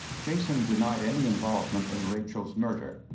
jason denied any involvement in rachel's murder.